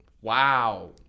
Wow